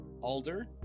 Alder